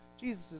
Jesus